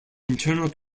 internal